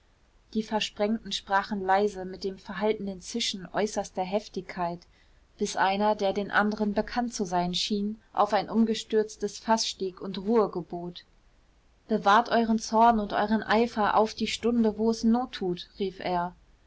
die versprengten sprachen leise mit dem verhaltenen zischen äußerster heftigkeit bis einer der den anderen bekannt zu sein schien auf ein umgestürztes faß stieg und ruhe gebot bewahrt euch euren zorn und euren eifer auf die stunde wo es not tut rief er